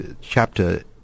chapter